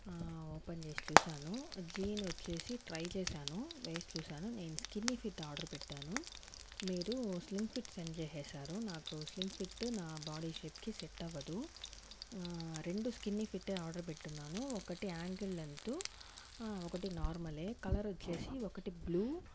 open చేసి చూసాను jean వచ్చేసి ట్రై చేశాను వేసి చూశాను నేను స్కిన్ ఫిట్ ఆర్డర్ పెట్టాను మీరు స్లిమ్ ఫిట్ సెండ్ చేసేసారు నాకు స్లిమ్ ఫిట్ నా బాడీ షేప్కి సెట్ అవదు రెండు స్కిన్ ఫిట్టే ఆర్డర్ పెట్టుకున్నాను ఒకటి యాంకిల్ లెన్త్ ఒకటి నార్మలే కలర్ వచ్చేసి ఒకటి బ్లూ